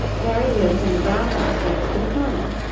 mary lives in the brown house next to the corner.